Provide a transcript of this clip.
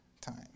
time